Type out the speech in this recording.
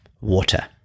water